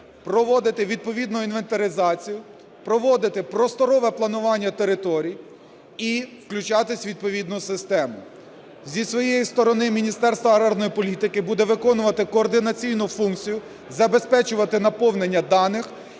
проводити відповідну інвентаризацію, проводити просторове планування територій і включатися у відповідну систему. Зі своєї сторони Міністерство аграрної політики буде виконувати координаційну функцію, забезпечувати наповнення даних.